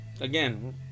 again